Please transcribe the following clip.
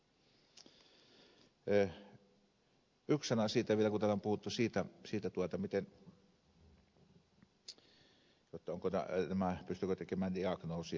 yksi sana siitä vielä kun täällä on puhuttu siitä jotta pystyvätkö nämä hoitajat tekemään diagnoosia